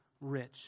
rich